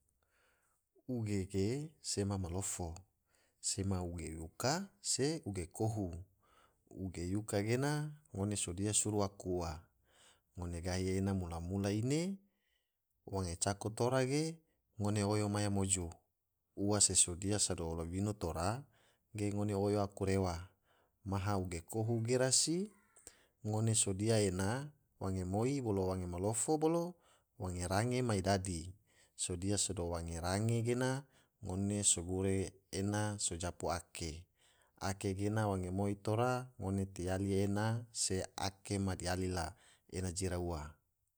Uge ge sema malofo, sema uge yuka se uge kohu, uge yuka gena ngone sodia suru aku ua, ngone gahi ena mula-mula ine ge wange cako tora ge ngone oyo maya moju, ua se sodia sado labino tora ge ngone oyo aku rewa, maha uge kohu ge rasi ngone sodia ena wange moi bolo wange malofo bolo wange range mai dadi, sodia sado wange range ge ngone so gure ena so japu ake, ake gena wange moi tora ngone tiyali se ake ma diyali la ena jira ua.